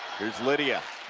here's lydia